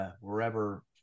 wherever